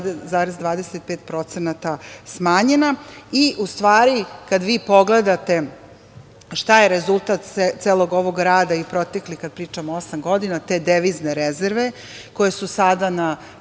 za 1,25% smanjena. U stvari, kada vi pogledate šta je rezultat celog ovog rada i proteklih, kada pričamo, osam godina te devizne rezerve, koje su sada na